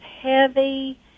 heavy